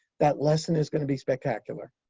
that lesson is going to be spectacular.